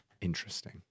Interesting